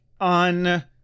on